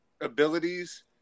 abilities